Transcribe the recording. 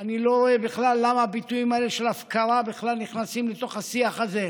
אני לא רואה בכלל למה הביטויים האלה של הפקרה נכנסים לתוך השיח הזה.